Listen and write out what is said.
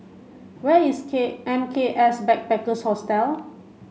where is K M K S Backpackers Hostel